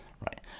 right